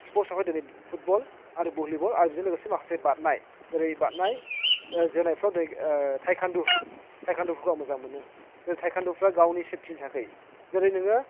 स्पर्टसआवहाय दिनै फुटबल आरो भलिबल आरो बेजों लोगोसे माखासे बारनाय जेरै बारनाय जोनायफ्राव टाइकुवानडु टाइकुवानडुफोरखौ आं मोजां मोनो जों टाइकुवानडुफ्रा गावनि सेफटिनि थाखै जेरै नोङो